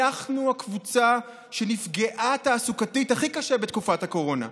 אנחנו הקבוצה שנפגעה תעסוקתית הכי קשה בתקופת הקורונה.